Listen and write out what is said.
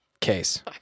case